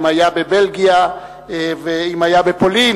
אם היה בבלגיה ואם היה בפולין